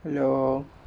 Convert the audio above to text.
hello